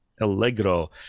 Allegro